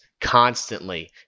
constantly